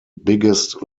biggest